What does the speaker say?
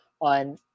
on